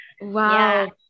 Wow